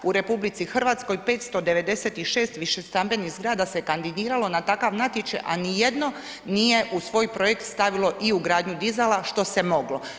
U RH, 596 višestambenim zgrada se kandiralo na takav natječaj, a ni jedno nije u svoj projekt stavilo i ugradnju dizala, što se je moglo.